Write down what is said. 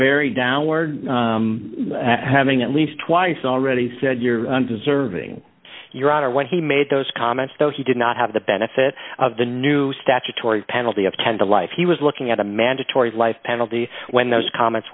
vary downward having at least twice already said you're deserving your honor when he made those comments though he did not have the benefit of the new statutory penalty of ten to life he was looking at a mandatory life penalty when those comments